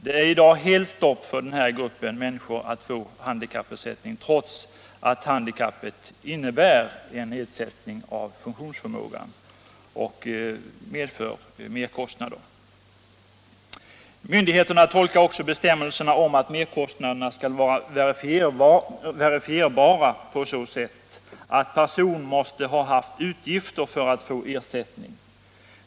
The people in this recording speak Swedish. Det är i dag helt stopp för den här gruppens möjligheter att få handikappersättning, trots att handikappet innebär en nedsättning av funktionsförmågan och medför merkostnader. Myndigheterna tolkar också bestämmelserna om att merkostnaderna skall vara ”verifierbara” på så sätt att man måste ha haft utgifter för att få ersättning.